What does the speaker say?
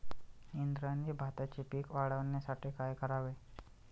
इंद्रायणी भाताचे पीक वाढण्यासाठी काय करावे?